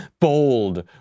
Bold